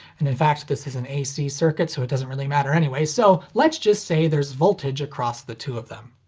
and in fact this is an ac circuit so it doesn't really matter anyway, so let's just say there's voltage across the two of them.